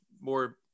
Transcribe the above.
more